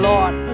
Lord